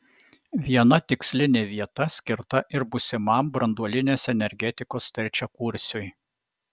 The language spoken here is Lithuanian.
viena tikslinė vieta skirta ir būsimam branduolinės energetikos trečiakursiui